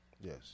yes